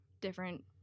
different